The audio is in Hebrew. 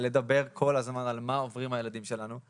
על לדבר כל הזמן על מה עוברים הילדים שלנו.